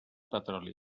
petroli